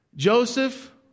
Joseph